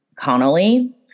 Connolly